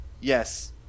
yes